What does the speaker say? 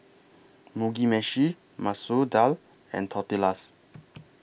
Mugi Meshi Masoor Dal and Tortillas